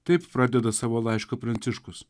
taip pradeda savo laišką pranciškus